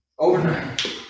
Overnight